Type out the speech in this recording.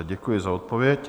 Děkuji za odpověď.